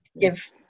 give